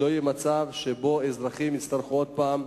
שלא יהיה מצב שבו אזרחים יצטרכו עוד פעם,